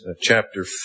chapter